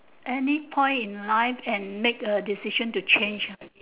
any point in life made in life make a decision to change